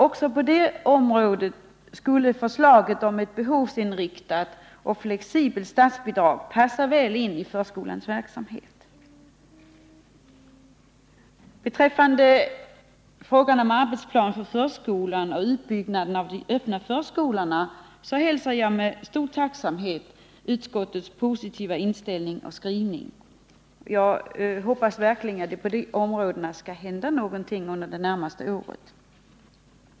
Också på det området skulle alltså ett behovsinriktat och flexibelt statsstöd komma väl till pass i förskolans verksamhet. Vad beträffar frågan om en arbetsplan för förskolan och en utbyggnad av de öppna förskolorna hälsar jag med stor tacksamhet utskottets positiva inställning och skrivning. Jag hoppas verkligen att det på dessa områden skall hända någonting under det närmaste året.